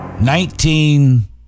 Nineteen